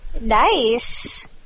Nice